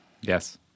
Yes